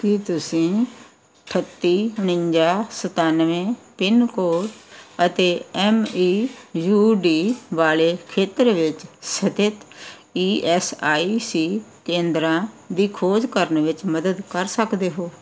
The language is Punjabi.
ਕੀ ਤੁਸੀਂ ਅਠੱਤੀ ਉਣੰਜਾ ਸਤਾਨਵੇਂ ਪਿੰਨ ਕੋਡ ਅਤੇ ਐੱਮ ਈ ਯੂ ਡੀ ਵਾਲੇ ਖੇਤਰ ਵਿੱਚ ਸਥਿਤ ਈ ਐਸ ਆਈ ਸੀ ਕੇਂਦਰਾਂ ਦੀ ਖੋਜ ਕਰਨ ਵਿੱਚ ਮਦਦ ਕਰ ਸਕਦੇ ਹੋ